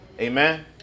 Amen